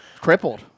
crippled